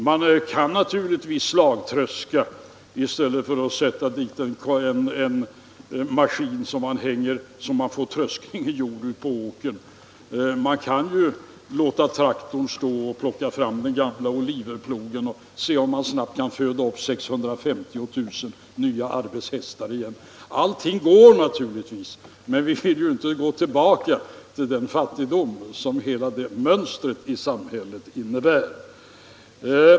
Man kan naturligtvis slagtröska i stället för att använda en maskin, så att man får tröskningen gjord ute på åkern. Man kan låta traktorn stå och plocka fram den gamla Oliverplogen, och se om man snabbt kan föda upp 650 000 nya arbetshästar. Allting är naturligtvis möjligt, men vi vill inte gå tillbaka till den fattigdom som hela det mönstret i samhället innebar.